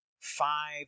five